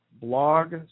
blog